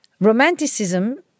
Romanticism